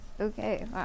Okay